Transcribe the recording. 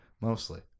mostly